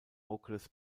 okres